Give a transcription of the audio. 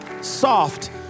soft